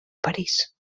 parís